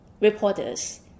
reporters